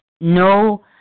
no